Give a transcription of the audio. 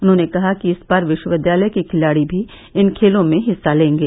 उन्होंने कहा कि इस बार विश्वविद्यालय के खिलाड़ी भी इन खेलों में हिस्सा लेंगे